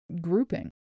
grouping